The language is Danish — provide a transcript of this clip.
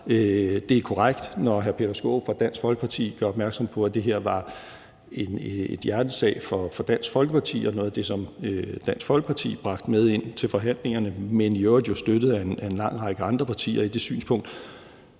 Det er korrekt, når hr. Peter Skaarup fra Dansk Folkeparti gør opmærksom på, at det her var en hjertesag for Dansk Folkeparti og noget af det, som Dansk Folkeparti bragte med ind til forhandlingerne, men i øvrigt jo støttet af en lang række andre partier i det synspunkt.